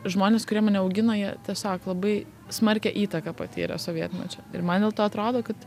žmonės kurie mane augino jie tiesiog labai smarkią įtaką patyrė sovietmečiu ir man dėl to atrodo kad